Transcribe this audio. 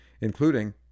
including